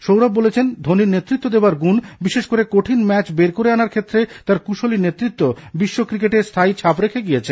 সৌরভ বলেছেন ধোনির নেতৃত্ব দেওয়ার গুণ বিশেষ করে কঠিন ম্যাচ বের করে আনার ক্ষেত্রে তার কুশলী নেতৃত্ব বিশ্ব ক্রিকেট স্থায়ী ছাপ রেখে গিয়েছে